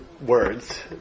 words